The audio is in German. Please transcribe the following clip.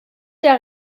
der